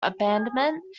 abandonment